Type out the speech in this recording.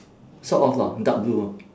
sort of lah dark blue ah